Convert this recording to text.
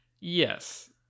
Yes